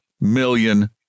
million